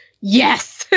yes